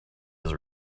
his